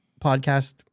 podcast